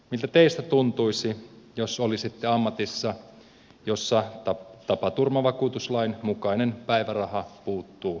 miltä teistä tuntuisi jos olisitte ammatissa jossa tapaturmavakuutuslain mukainen päiväraha puuttuu tyystin